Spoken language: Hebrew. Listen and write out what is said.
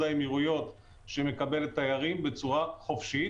האמירויות שמקבלת תיירים בצורה חופשית.